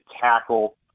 tackle